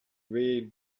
read